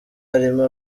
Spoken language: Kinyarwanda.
harimo